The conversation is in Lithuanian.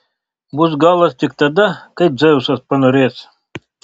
bus galas tik tada kai dzeusas panorės